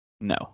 No